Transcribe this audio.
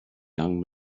young